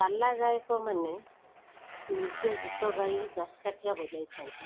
ପାଲା ଗାୟକମାନେ ନିଜ ଗୀତଗାଇ ଦାସକାଠିଆ ବଜାଇଥାନ୍ତି